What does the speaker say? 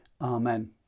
Amen